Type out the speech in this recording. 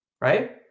Right